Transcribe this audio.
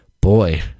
boy